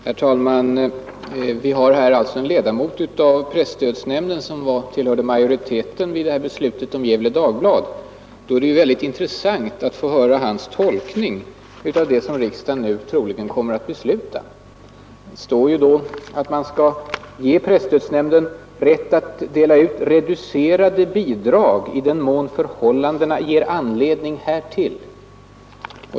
Herr talman! Vi har här en ledamot av presstödsnämnden som tillhörde majoriteten vid beslutet om Gefle Dagblad. Då vore det väldigt intressant att få veta hans tolkning av det som riksdagen nu troligen kommer att besluta. Det står ju att man skall ge presstödsnämnden rätt att dela ut ”reducerade bidrag i den mån förhållandena ger anledning härtill”.